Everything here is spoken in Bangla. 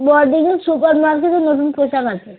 বোরডাঙ্গী সুপারমার্কেটে নতুন পোশাক আসবে